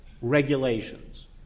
regulations